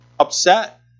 Upset